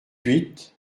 huit